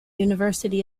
university